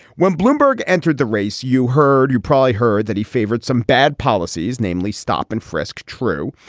when bloomberg entered the race, you heard you probably heard that he favored some bad policies, namely stop and frisk. true.